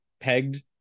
pegged